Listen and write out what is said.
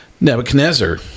Nebuchadnezzar